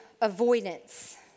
avoidance